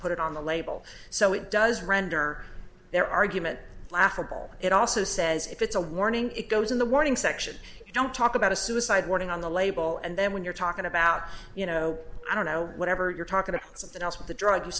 put it on the label so it does render their argument laughable it also says if it's a warning it goes in the warning section don't talk about a suicide warning on the label and then when you're talking about you know i don't know whatever you're talking about something else with the drug you